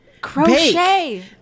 crochet